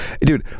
Dude